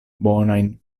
bonajn